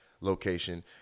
location